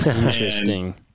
Interesting